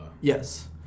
Yes